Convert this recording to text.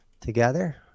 together